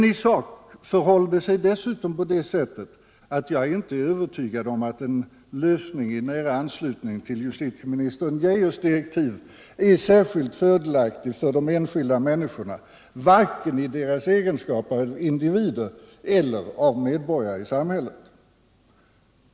I sak är jag emellertid inte övertygad om att en lösning i nära anslutning till 61 dåvarande justitieministern Geijers direktiv är särskilt fördelaktig för de enskilda människorna vare sig i deras egenskap av individer eller som medborgare i samhället.